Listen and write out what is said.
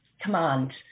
command